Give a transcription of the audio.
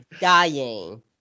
dying